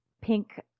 pink